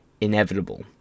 inevitable